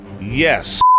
yes